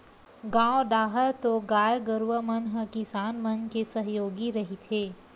गाँव डाहर तो गाय गरुवा मन ह किसान मन के सहयोगी रहिथे